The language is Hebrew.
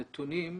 הנתונים: